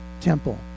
temple